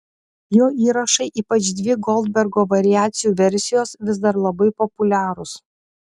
jo įrašai ypač dvi goldbergo variacijų versijos vis dar labai populiarūs